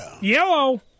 Yellow